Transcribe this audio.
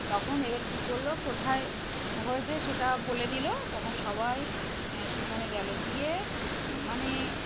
তখন এবার কী করলো কোথায় হয়েছে সেটা বলে দিলো তখন সবাই সেখানে গেল গিয়ে মানে